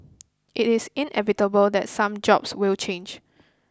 it is inevitable that some jobs will change